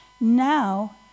Now